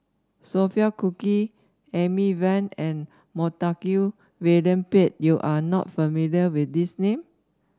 Sophia Cooke Amy Van and Montague William Pett you are not familiar with these name